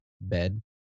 bed